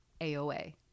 AOA